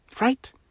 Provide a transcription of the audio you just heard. Right